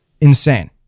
insane